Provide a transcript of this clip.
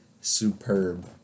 superb